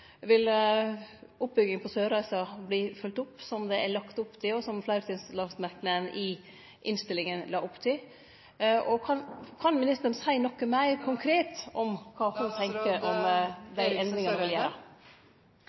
Vil oppbygging på Sørreisa verte følgd opp, som det er lagt opp til, og som fleirtalsmerknaden i innstillinga la opp til? Kan ministeren seie noko meir konkret om kva